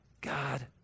God